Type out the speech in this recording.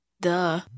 Duh